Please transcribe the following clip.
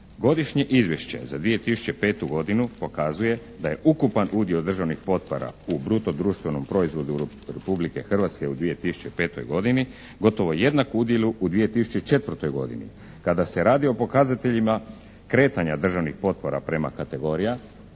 Godišnje izvješće za 2005. godinu pokazuje da je ukupan udio državnih potpora u bruto društvenom proizvodu Republike Hrvatske u 2005. godini gotovo jednak udjelu u 2004. godini. Kada se radi o pokazateljima kretanja državnih potpora prema kategorijama